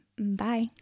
Bye